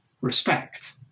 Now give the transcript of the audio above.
respect